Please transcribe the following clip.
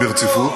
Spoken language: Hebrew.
ברציפות.